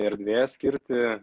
erdvės skirti